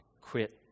quit